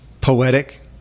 poetic